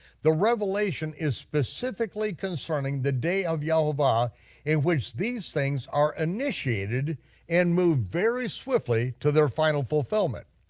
the revelation is specifically concerning the day of yehovah in which these things are initiated and move very swiftly to their final fulfillment.